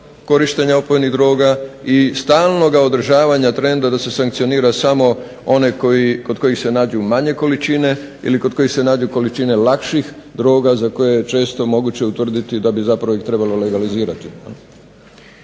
korištenja opojnih droga i stalnog održavanja trenda da se sankcionira samo onaj kod kojeg se nađu manje količine ili kod kojih se nađu količine lakših droga za koje je često moguće utvrditi da bi zapravo ih trebalo legalizirati.